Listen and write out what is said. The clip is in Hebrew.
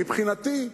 מבחינתי,